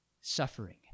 suffering